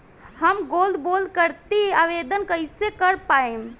हम gold bond करतिं आवेदन कइसे कर पाइब?